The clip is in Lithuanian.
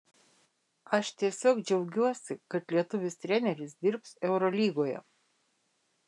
aš tiesiog džiaugiuosi kad lietuvis treneris dirbs eurolygoje